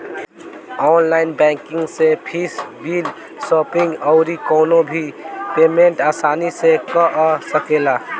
online banking से fees, bill, shopping अउरी कवनो भी पेमेंट आसानी से कअ सकेला